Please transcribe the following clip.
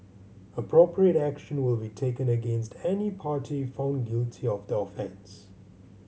appropriate action will be taken against any party found guilty of the offence